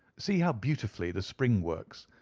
see how beautifully the spring works.